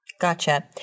Gotcha